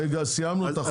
בלי רביזיות.